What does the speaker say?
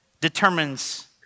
determines